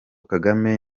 kagame